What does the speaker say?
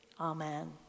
Amen